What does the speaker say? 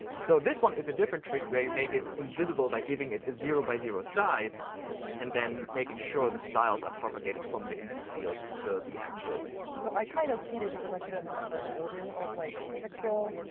so this one is a different trick where you make it invisible by giving it a zero by zero size and then making sure the styles are propagated from the input field to the actual mariko so i kind of cheated. because i couldn't remember the order of like pixel